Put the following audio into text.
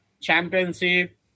championship